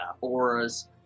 Auras